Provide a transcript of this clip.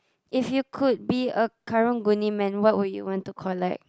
if you could be a Karang-Guni man what would you want to collect